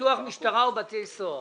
פיתוח משטרה ובתי סוהר.